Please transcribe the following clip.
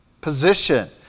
position